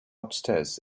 upstairs